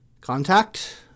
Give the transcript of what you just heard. contact